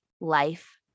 life